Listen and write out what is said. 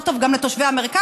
זה לא טוב גם לתושבי המרכז,